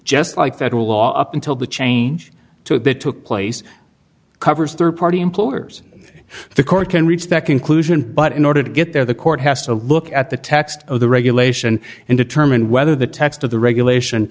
just like federal law up until the change to a bit took place covers rd party employers the court can reach that conclusion but in order to get there the court has to look at the text of the regulation and determine whether the text of the regulation